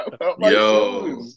Yo